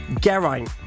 Geraint